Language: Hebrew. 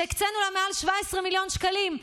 שהקצינו לה מעל 17 מיליון שקלים,